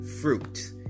fruit